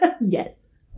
yes